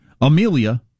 Amelia